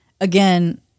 Again